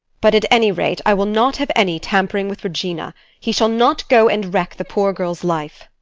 but, at any rate, i will not have any tampering with regina. he shall not go and wreck the poor girl's life.